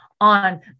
on